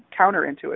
counterintuitive